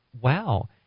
wow